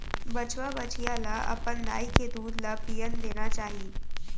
बछवा, बछिया ल अपन दाई के दूद ल पियन देना चाही